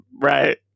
right